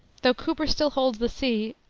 though cooper still holds the sea,